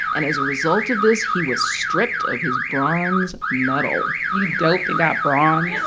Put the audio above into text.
and as a result of this, he was stripped of his bronze medal you doped and got bronze?